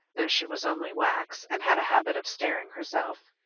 though she was only wax and had a habit of staring herself.